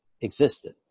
existed